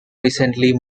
recently